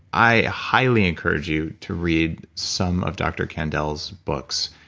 i highly encourage you to read some of dr kandel's books,